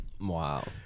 Wow